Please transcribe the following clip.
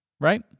right